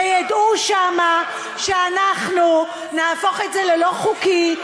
שידעו שם שאנחנו נהפוך את זה ללא חוקי.